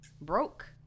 broke